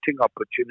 opportunity